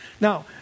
Now